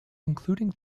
including